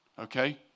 Okay